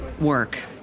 work